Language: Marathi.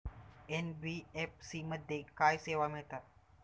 एन.बी.एफ.सी मध्ये काय सेवा मिळतात?